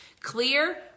Clear